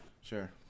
Sure